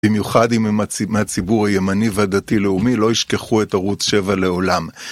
במיוחד אם הם מהציבור הימני והדתי-לאומי לא ישכחו את ערוץ 7 לעולם.